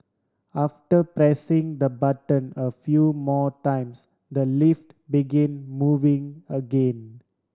after pressing the button a few more times the lift begin moving again